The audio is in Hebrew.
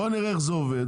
בוא נראה איך זה עובד,